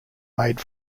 made